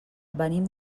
venim